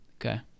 Okay